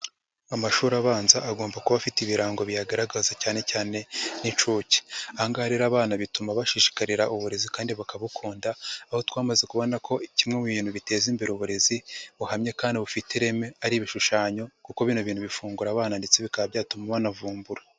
Amashuri abanza agomba kuba afite ibirango biyagaragaza cyane cyane nk'inshuke. Aha ngaha rero abana bituma bashishikarira uburezi kandi bakabukunda, aho twamaze kubona ko kimwe mu bintu biteza imbere uburezi buhamye kandi bufite ireme ari ibishushanyo kuko bino bintu bifungura abana ndetse bikaba byatuma banavumbura.